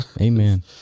amen